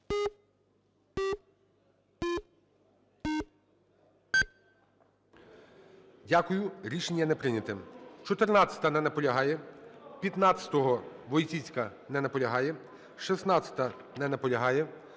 Дякую. Рішення не прийнято. 14-а. Не наполягає. 15-а, Войціцька. Не наполягає. 16-а. Не наполягає.